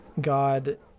God